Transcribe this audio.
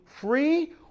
free